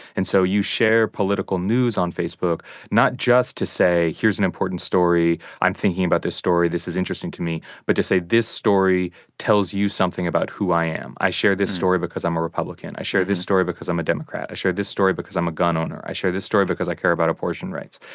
and so you share political news on facebook not just to say here's an important story, i'm thinking about this story, this is interesting to me, but to say this story tells you something about who i am. i share this story because i'm a republican. i share this story because i'm a democrat. i share this story because i'm a gun owner. i share this story because i care about abortion rights.